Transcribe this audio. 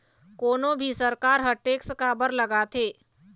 कोनो भी सरकार ह टेक्स काबर लगाथे?